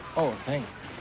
oh, thanks.